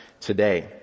today